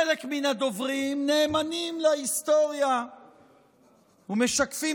חלק מהדוברים נאמנים להיסטוריה ומשקפים